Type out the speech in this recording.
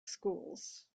schools